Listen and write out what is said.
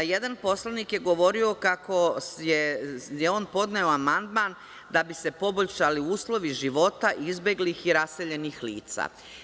Jedan poslanik je govorio kako je on podneo amandman da bi se poboljšali uslovi života izbeglih i raseljenih lica.